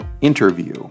interview